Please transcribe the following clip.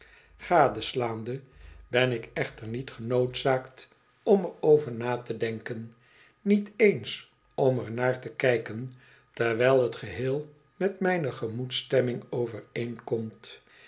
gadeslaande ben ik echter niet genoodzaakt om er over na te denken niet eens om er naar te kijken terwijl t geheel met mijne gemoedsstemming